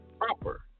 proper